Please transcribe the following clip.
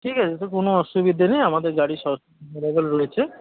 ঠিক আছে তো কোনও অসুবিধে নেই আমাদের গাড়ি সব অ্যাভেলেবল রয়েছে